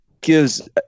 gives